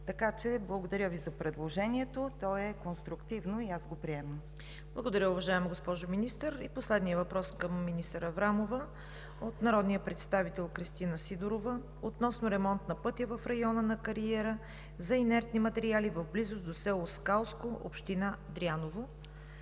така че Ви благодаря за предложението. То е конструктивно и аз го приемам. ПРЕДСЕДАТЕЛ ЦВЕТА КАРАЯНЧЕВА: Благодаря, уважаема госпожо Министър. И последният въпрос към министър Аврамова е от народния представител Кристина Сидорова относно ремонт на пътя в района на кариера за инертни материали в близост до село Скалско, община Дряново.